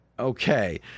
Okay